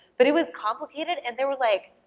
but it was complicated and they were like,